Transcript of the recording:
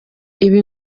ibi